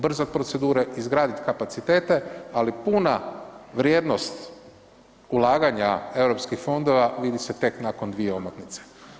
Brze procedure, izgradit kapacitete, ali puna vrijednost ulaganja Europskih fondova vidi se tek nakon 2 omotnice.